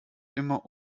immer